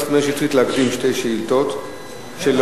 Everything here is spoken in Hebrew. מאיר שטרית להקדים שתי שאילתות שלו,